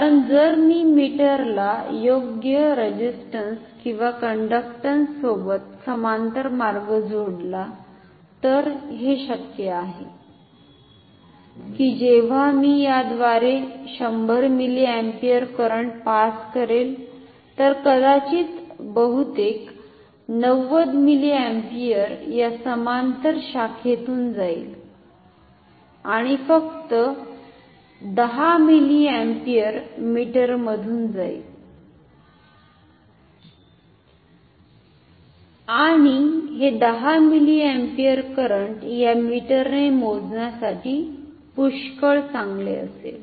कारण जर मी मीटर ला योग्य रेझिस्टन्स किंवा कंडकटन्स सोबत समांतर मार्ग जोडला तर हे शक्य आहे की जेव्हा मी याद्वारे 100 मिलीअँपिअर करंट पास करेल तर कदाचित बहुतेक 90 मिलीअँपिअर या समांतर शाखेतून जाईल आणि फक्त 10 मिलीअँपिअर मीटर मधून जाईल आणि हे 10 मिलीअँपिअर करंट या मीटरने मोजण्यासाठी पुष्कळ चांगले असेल